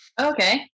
okay